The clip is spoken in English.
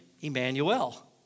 Emmanuel